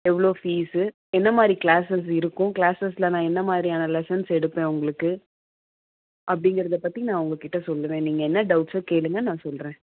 எவ்வளோ ஃபீஸு என்ன மாதிரி க்ளாஸஸ் இருக்கும் க்ளாஸஸில் நான் என்ன மாதிரியான லெசன்ஸ் எடுப்பேன் உங்களுக்கு அப்படிங்கறத பற்றி நான் உங்கக்கிட்ட சொல்லுவேன் நீங்கள் என்ன டவுட்ஸோ கேளுங்கள் நான் சொல்கிறேன்